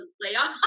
layoff